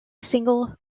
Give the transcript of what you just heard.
single